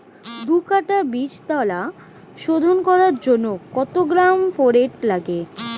দু কাটা বীজতলা শোধন করার জন্য কত গ্রাম ফোরেট লাগে?